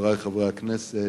חברי חברי הכנסת,